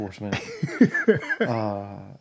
enforcement